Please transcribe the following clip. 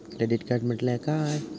Credit card म्हटल्या काय?